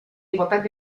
igualtat